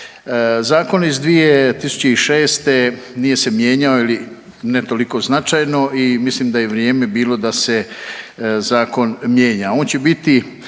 Zakon iz 2006. nije se mijenjao ili ne toliko značajno i mislim da je vrijeme bilo da se zakon mijenja.